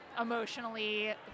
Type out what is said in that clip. emotionally